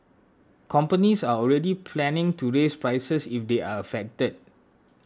companies are already planning to raise prices if they are affected